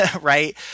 right